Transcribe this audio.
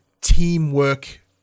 teamwork